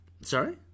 Sorry